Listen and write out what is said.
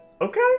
Okay